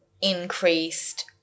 increased